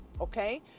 Okay